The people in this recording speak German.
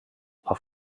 auf